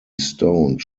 stoned